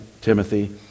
Timothy